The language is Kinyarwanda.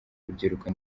rubyiruko